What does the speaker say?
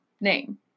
name